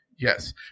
Yes